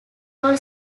wall